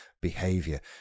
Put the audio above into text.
behavior